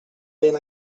ben